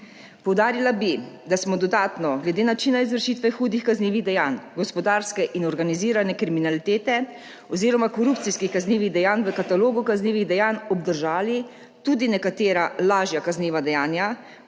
Poudarila bi, da smo dodatno glede načina izvršitve hudih kaznivih dejanj gospodarske in organizirane kriminalitete oziroma korupcijskih kaznivih dejanj v katalogu kaznivih dejanj obdržali tudi nekatera lažja kazniva dejanja,